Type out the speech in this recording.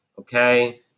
Okay